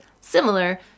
similar